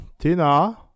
Tina